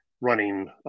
running